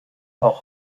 auch